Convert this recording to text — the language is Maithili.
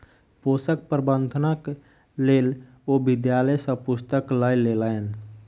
पोषक प्रबंधनक लेल ओ विद्यालय सॅ पुस्तक लय लेलैन